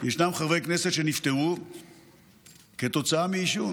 ישנם חברי כנסת שנפטרו כתוצאה מעישון.